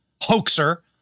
hoaxer